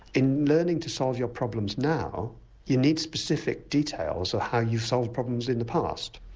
in learning to solve your problems now you need specific details of how you solved problems in the past.